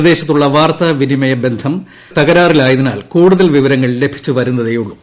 പ്രദേശത്തുള്ള വാർത്താ വിനിമയ ബന്ധം തകരാറിലായതിനാൽ കൂടുതൽ വിവരങ്ങൾ ലഭിച്ചുവരുന്നതേയുള്ളൂ